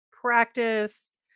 practice